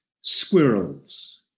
squirrels